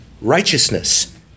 righteousness